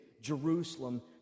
Jerusalem